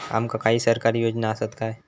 आमका काही सरकारी योजना आसत काय?